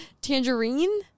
Tangerine